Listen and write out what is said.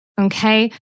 Okay